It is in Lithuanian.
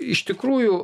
iš tikrųjų